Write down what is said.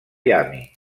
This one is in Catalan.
miami